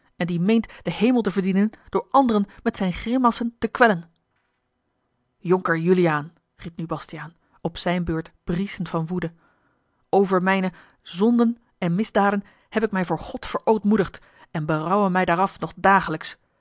en die meent den hemel te verdienen door anderen met zijne grimassen te kwellen jonker juliaan riep nu bastiaan op zijne beurt brieschend van woede over mijne zonden en misdaden heb ik mij voor god verootmoedigd en berouwe mij daaraf nog dagelijks